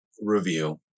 review